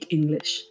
English